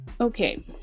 Okay